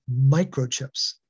microchips